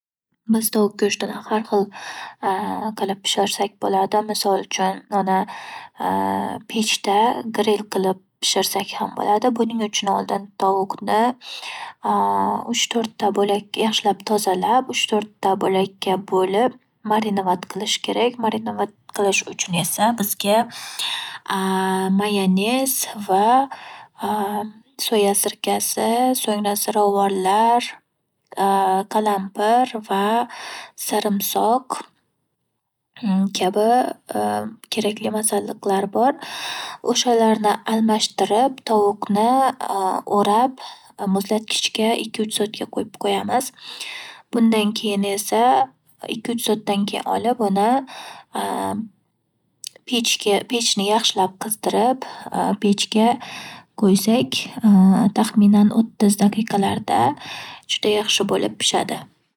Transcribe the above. Biz tovuq go'shtini xar xil qilib pishirsak bo'ladi. Misol uchun, uni pechda grill qilib pishirsak ham bo'ladi. Buning uchun oldin tovuqni uch-tortta bo'lak yaxshilab tozalab, uch-to'rtta bo'lakka bo'lib, marinovat qilish kerak. Marinovat qilish uchun esa bizga mayonez va soya sirkasi, so'ngra ziravorlar qalampir va sarimsoq kabi kerakli masalliqlar bor. O'shalarni almashtirib tovuqni o'rab, muzlatgichga ikki-uch soatga qo'yib qo'yamiz. Bundan keyin esa ikki-uch soatdan keyin olib uni pechga-pechni yaxshilab qizdirib-pechga qo'ysak, taxminan o'ttiz daqiqalarda judayaxshi bo'lib pishadi.